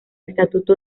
estatuto